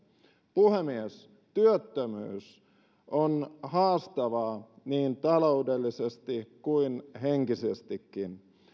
puhemies työttömyys on haastavaa niin taloudellisesti kuin henkisestikin